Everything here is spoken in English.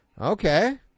Okay